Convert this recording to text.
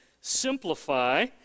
Simplify